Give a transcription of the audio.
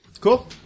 Cool